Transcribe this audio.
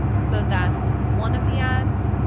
so that's one of the ads,